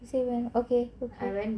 still well okay